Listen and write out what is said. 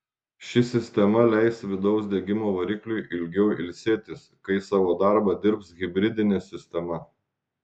ši sistema leis vidaus degimo varikliui ilgiau ilsėtis kai savo darbą dirbs hibridinė sistema